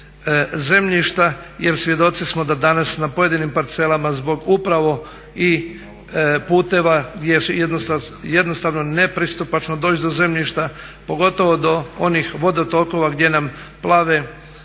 zemljišta. Jer svjedoci smo da danas na pojedinim parcelama zbog upravo i puteva gdje je jednostavno nepristupačno doći do zemljišta pogotovo do onih vodotokova gdje nam plave